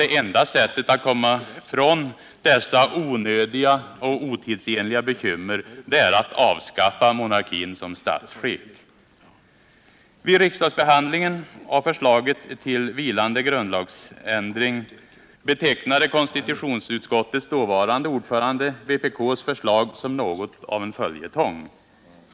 Det enda sättet att komma från dessa onödiga och otidsenliga bekymmer är att avskaffa monarkin som statsskick. Vid riksdagsbehandlingen av förslaget till vilande grundlagsändring betecknade konstitutionsutskottets dåvarande ordförande vpk:s förslag som något av en följetong.